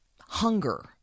hunger